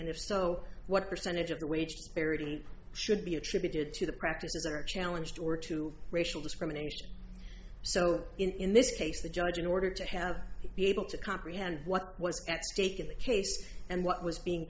and if so what percentage of the wage spirity should be attributed to the practices that are challenged or to racial discrimination so in this case the judge in order to have it be able to comprehend what was at stake in the case and what was being